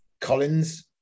Collins